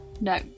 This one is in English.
No